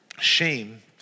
Shame